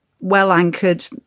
well-anchored